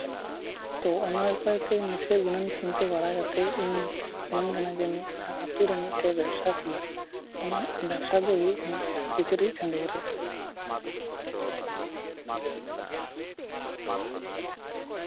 ᱛᱚ ᱚᱱᱟ ᱵᱮᱯᱟᱨ ᱛᱮ ᱱᱟᱥᱮᱭᱟᱜ ᱜᱩᱱᱟᱹᱱ ᱪᱤᱱᱛᱟᱹ ᱵᱟᱲᱟ ᱠᱟᱛᱮᱫ ᱤᱧ ᱢᱮᱢᱮᱱ ᱠᱟᱱᱟ ᱡᱮ ᱟᱹᱛᱩ ᱨᱮ ᱢᱤᱫᱴᱮᱱ ᱵᱮᱵᱽᱥᱟ ᱠᱷᱩᱞᱟᱹᱣ ᱛᱚ ᱚᱱᱟ ᱵᱮᱵᱽᱥᱟ ᱫᱚ ᱦᱩᱭᱩᱜ ᱠᱟᱱᱟ ᱠᱤᱪᱨᱤᱡ ᱠᱷᱟᱺᱰᱣᱟᱹᱜ ᱨᱮᱭᱟᱜ